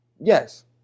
Yes